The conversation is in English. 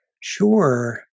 Sure